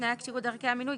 תנאי הכשירות ודרכי המינוי,